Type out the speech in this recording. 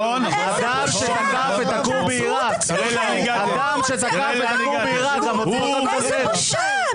אדם שתקף את הכור בעירק, גם אותו אתה לא מקבל?